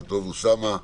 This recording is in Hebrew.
שלום אוסאמה.